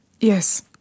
Yes